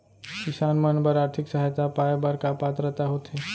किसान मन बर आर्थिक सहायता पाय बर का पात्रता होथे?